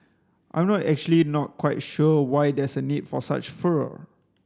I'm actually not quite sure why there's a need for such furor